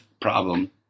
problem